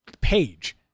page